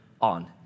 on